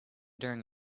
during